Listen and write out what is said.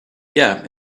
yeah